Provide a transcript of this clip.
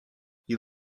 you